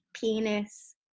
penis